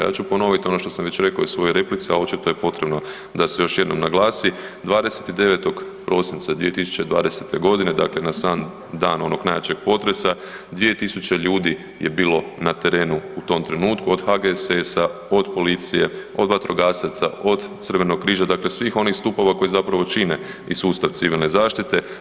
Ja ću ponoviti ono što sam već rekao u svojoj replici, a očito je potrebno da se još jednom naglasi, 29. prosinca 2020.g. dakle na sam dan onog najjačeg potresa 2000 ljudi je bilo na terenu u tom trenutku od HGSS-a, od policije, od vatrogasaca, od Crvenog križa dakle svih onih stupova koji čine i sustav civilne zaštite.